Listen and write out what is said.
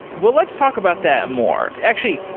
well, let's talk about that more. actually,